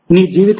నీ జీవితం